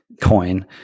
coin